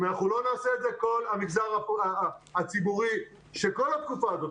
אם אנחנו לא נעשה את זה כל המגזר הציבורי של כל התקופה הזאת,